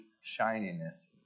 shininess